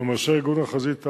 עם ראשי ארגון "החזית העממית",